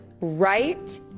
right